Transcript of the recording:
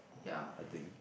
I think